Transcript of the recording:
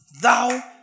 thou